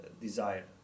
desire